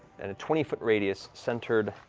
and a twenty foot radius centered